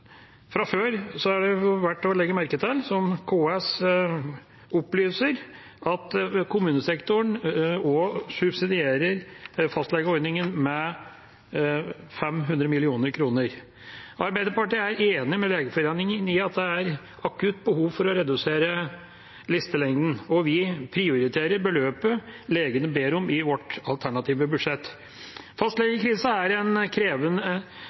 Fra før er det verdt å legge merke til, som KS opplyser, at kommunesektoren også subsidierer fastlegeordningen med 500 mill. kr. Arbeiderpartiet er enig med Legeforeningen i at det er akutt behov for å redusere listelengden, og vi prioriterer beløpet legene ber om, i vårt alternative budsjett. Fastlegekrisen er krevende i både bygd og by, men distriktskommunene er